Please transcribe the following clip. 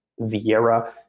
Vieira